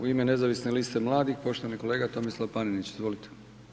U ime Nezavisne liste mladih poštovani kolega Tomislav Panenić, izvolite.